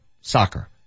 soccer